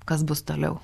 kas bus toliau